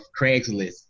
Craigslist